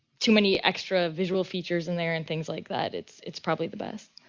too many extra visual features in there and things like that, it's it's probably the best.